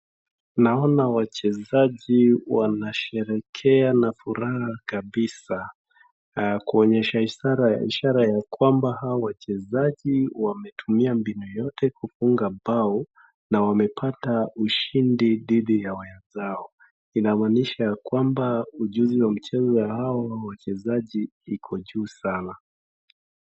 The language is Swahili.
Naona wachezaji wanasherehekea na furaha kabisa kuonyesha idara ishara ya kwamba hawa wachezaji wametumia mbinu yote kufunga bao na wamepata ushindi dhidi ya wenzao. Inamaanisha ya kwamba ujuzi wa mchezo wa hawa wachezaji iko juu sana.